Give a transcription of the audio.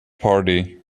party